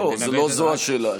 לא, לא, לא זו השאלה.